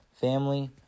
family